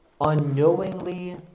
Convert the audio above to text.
unknowingly